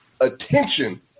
attention